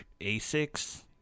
Asics